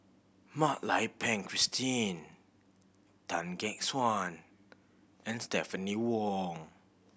Mak Lai Peng Christine Tan Gek Suan and Stephanie Wong